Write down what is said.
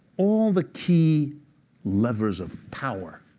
all the key levers of power